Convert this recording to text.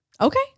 Okay